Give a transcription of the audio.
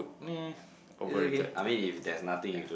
nah overrated